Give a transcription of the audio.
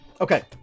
okay